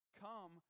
come